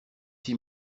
six